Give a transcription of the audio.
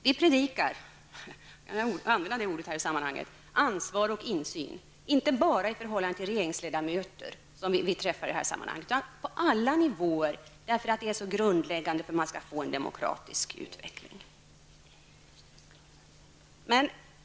Vi predikar, jag kan använda det ordet i det här sammanhanget, ansvar och insyn, inte bara i förhållande till regeringsledamöter, som vi träffar, utan på alla nivåer, eftersom det är så grundläggande för att man skall få en demokratisk utveckling.